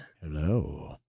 Hello